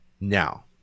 Now